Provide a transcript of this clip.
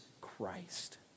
Christ